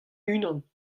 unan